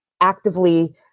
actively